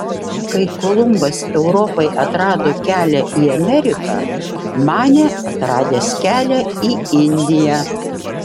kai kolumbas europai atrado kelią į ameriką manė atradęs kelią į indiją